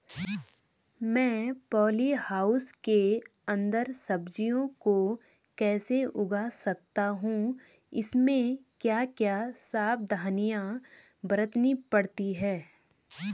मैं poly house के अन्दर सब्जियों को कैसे उगा सकता हूँ इसमें क्या क्या सावधानियाँ बरतनी पड़ती है?